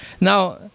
now